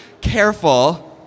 careful